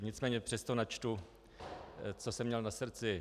Nicméně přesto načtu, co jsem měl na srdci.